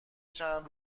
چند